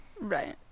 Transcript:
Right